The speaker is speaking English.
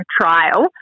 trial